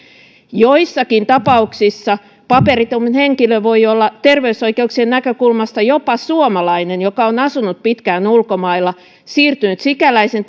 joissakin tapauksissa paperiton henkilö voi olla terveysoikeuksien näkökulmasta jopa suomalainen joka on asunut pitkään ulkomailla siirtynyt sikäläisen